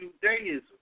Judaism